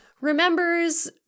remembers